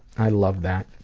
i love that.